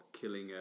killing